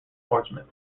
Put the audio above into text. portsmouth